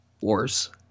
wars